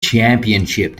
championship